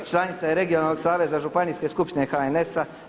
Članica je regionalnog Saveza županijske skupštine HNS-a.